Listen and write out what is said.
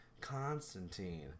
Constantine